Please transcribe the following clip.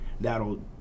that'll